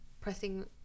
pressing